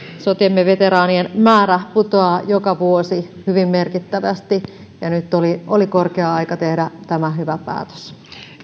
sotiemme veteraanien määrä putoaa joka vuosi hyvin merkittävästi ja nyt oli korkea aika tehdä tämä hyvä päätös